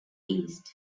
east